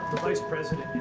the vice president.